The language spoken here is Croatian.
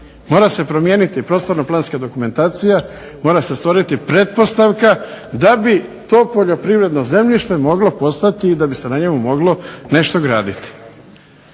mora se promijeniti prostorno planska dokumentacija, mora se ostvariti pretpostavka da bi to poljoprivredno zemljište moglo postati i da bi se na njemu moglo nešto graditi.